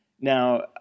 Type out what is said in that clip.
Now